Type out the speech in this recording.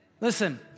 Listen